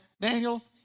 Daniel